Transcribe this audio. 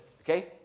Okay